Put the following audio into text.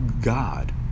God